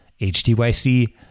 HTYC